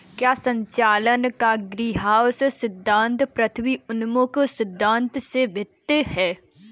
क्या संचालन का ग्रीनहाउस सिद्धांत पृथ्वी उन्मुख सिद्धांत से भिन्न है?